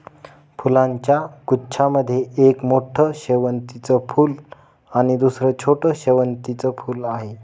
फुलांच्या गुच्छा मध्ये एक मोठं शेवंतीचं फूल आणि दुसर छोटं शेवंतीचं फुल आहे